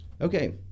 Okay